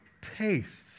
tastes